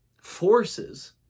forces